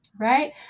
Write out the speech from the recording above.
Right